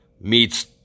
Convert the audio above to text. meets